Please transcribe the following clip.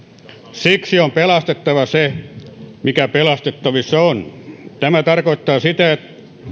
siksi on pelastettava se mikä pelastettavissa on tämä tarkoittaa sitä